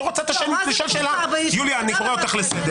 --- יוליה, אני קורא אותך לסדר.